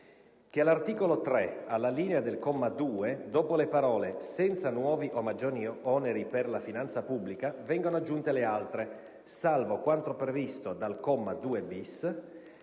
che all'articolo 3, all'alinea del comma 2, dopo le parole: "senza nuovi o maggiori oneri per la finanza pubblica" vengano aggiunte le altre: "salvo quanto previsto dal comma 2-*bis*"